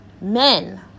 Men